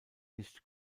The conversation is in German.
nicht